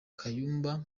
kayumba